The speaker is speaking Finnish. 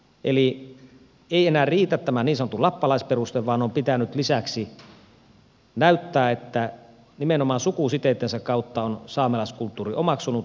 eli ei enää riitä tämä niin sanottu lappalaisperuste vaan on pitänyt lisäksi näyttää että nimenomaan sukusiteittensä kautta on saamelaiskulttuurin omaksunut